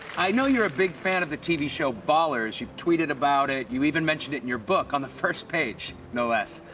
i know you're a big fan of the tv show ballers. you tweeted about it. you even mentioned it in your book on the first page, no less.